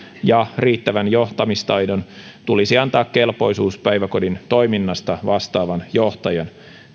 ja riittävän johtamistaidon tulisi antaa kelpoisuus päiväkodin toiminnasta vastaavan johtajan